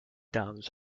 doves